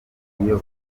iyo